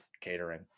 catering